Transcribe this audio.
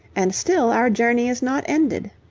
and still our journey is not ended.